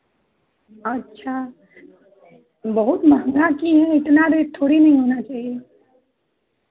अच्छा बहुत महँगा की हैं इतना रेट थोड़ी नहीं होना चाहिए